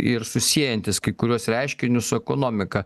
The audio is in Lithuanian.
ir susiejantis kai kuriuos reiškinius su ekonomika